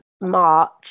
March